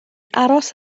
aros